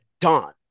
done